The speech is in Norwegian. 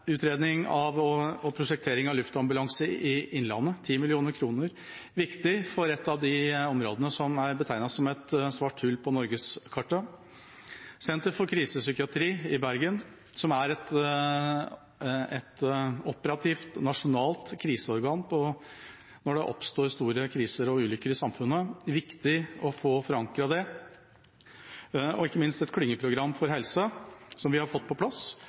utredning og prosjektering av luftambulanse i innlandet, 10 mill. kr. – viktig for et av de områdene som er betegnet som et svart hull på norgeskartet; Senter for krisepsykologi i Bergen, som er et operativt nasjonalt kriseorgan når det oppstår store kriser og ulykker i samfunnet – viktig å få forankret det; og ikke minst har vi fått på plass et klyngeprogram for helse, noe som